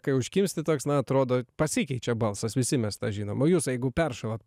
kai užkimsti toks na atrodo pasikeičia balsas visi mes žinom o jūs jeigu peršalat